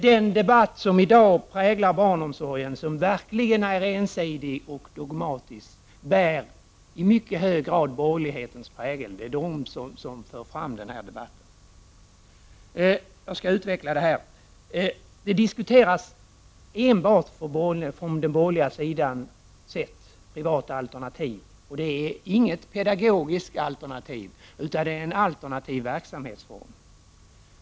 Den debatt i fråga om barnomsorgen som i dag verkligen är ensidig och dogmatisk bär i mycket hög grad borgerlighetens prägel; det är representanter från borgerligheten som står för denna debatt. Jag skall utveckla detta resonemang. Inom borgerligheten diskuterar man enbart privata alternativ. Dessa utgör inget pedagogiskt alternativ, utan det är endast fråga om en alternativ verksamhetsform.